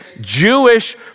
Jewish